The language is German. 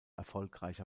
erfolgreicher